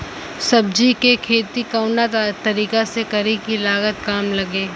सब्जी के खेती कवना तरीका से करी की लागत काम लगे?